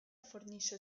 fornisce